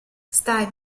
stai